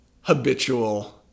habitual